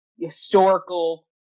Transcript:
historical